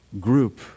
group